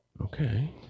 Okay